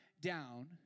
down